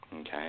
Okay